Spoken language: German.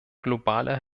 globale